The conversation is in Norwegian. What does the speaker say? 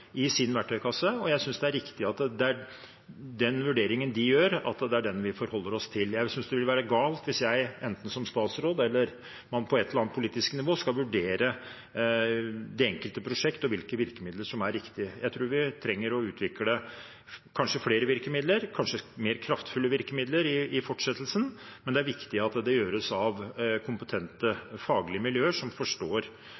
i sin verktøykasse, og jeg synes det er riktig at det er den vurderingen de gjør, som vi forholder oss til. Jeg synes det ville være galt hvis jeg som statsråd eller noen på et eller annet politisk nivå skal vurdere de enkelte prosjekter og hvilke virkemidler som er riktig. Jeg tror vi trenger å utvikle flere virkemidler, kanskje mer kraftfulle virkemidler, i fortsettelsen, men det er viktig at det gjøres av